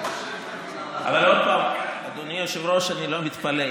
אבל עוד פעם, אדוני היושב-ראש, אני לא מתפלא.